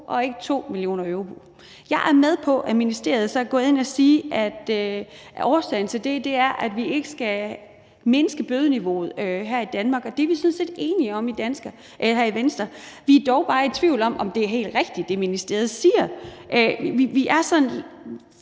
og ikke 2 mio. euro. Jeg er med på, at ministeriet så er gået ind og har sagt, at årsagen til det er, at vi ikke skal mindske bødeniveauet her i Danmark, og det er vi sådan set enige i her i Venstre. Vi er dog bare i tvivl om, om det, ministeriet siger, er helt